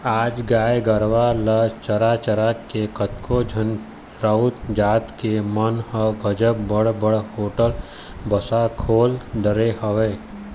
आज गाय गरुवा ल चरा चरा के कतको झन राउत जात के मन ह गजब बड़ बड़ होटल बासा खोल डरे हवय